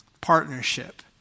Partnership